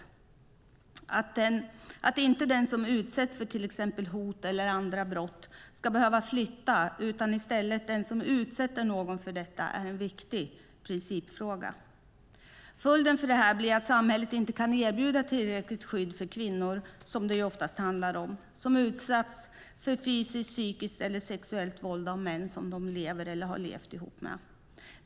Det är en viktig principfråga att den som utsätts för till exempel hot eller andra brott inte ska behöva flytta. Det är i stället den som utsätter någon för detta som ska göra det. Följden blir att samhället inte kan erbjuda tillräckligt skydd för kvinnor, som det ju oftast handlar om, som har utsatts för fysiskt, psykiskt eller sexuellt våld av män som de lever eller har levt ihop med.